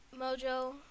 Mojo